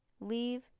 Leave